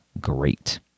great